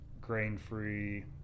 grain-free